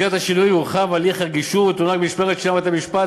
במסגרת השינוי יורחב הליך הגישור ותונהג משמרת שנייה בבתי-משפט.